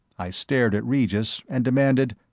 i stared at regis and demanded,